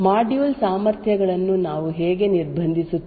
module ಸಾಮರ್ಥ್ಯಗಳನ್ನು ನಾವು ಹೇಗೆ ನಿರ್ಬಂಧಿಸುತ್ತೇವೆ